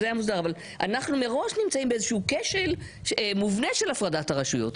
אנחנו מראש נמצאים באיזשהו כשל מובנה של הפרדת הרשויות.